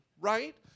right